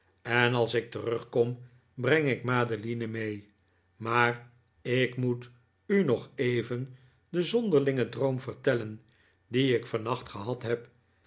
en als ik terugkom breng ik madeline mee maar ik moet u nog even den zonderlingen droom vertellen dien ik vannacht gehad heb